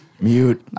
Mute